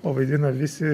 o vaidina visi